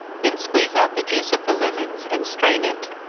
then squeeze out the juice of the lemons, and strain it.